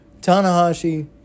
Tanahashi